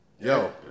Yo